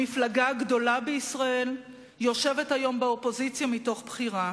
המפלגה הגדולה בישראל יושבת היום באופוזיציה מתוך בחירה.